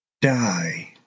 die